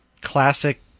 classic